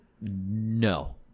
no